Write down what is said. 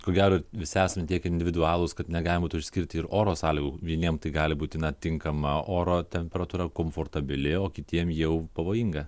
ko gero visi esame tiek individualūs kad negalima būtų išskirti ir oro sąlygų vieniem tai gali būti na tinkama oro temperatūra komfortabili o kitiem jau pavojinga